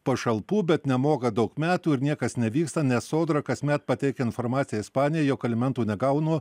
pašalpų bet nemoka daug metų ir niekas nevyksta nes sodra kasmet pateikia informaciją ispanijai jog alimentų negaunu